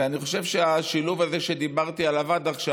ואני חושב שהשילוב הזה שדיברתי עליו עד עכשיו